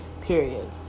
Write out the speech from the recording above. Period